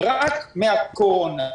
רק מהקורונה.